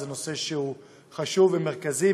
הוא חשוב ומרכזי,